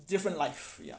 different life ya